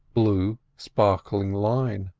blue, sparkling line.